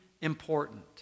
important